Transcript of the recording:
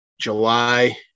July